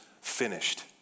finished